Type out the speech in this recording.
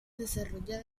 desarrollada